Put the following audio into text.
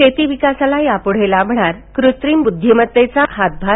शेती विकासाला याप्ढे लाभणार कृत्रिम ब्ध्दीमत्तेचा हातभार